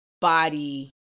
body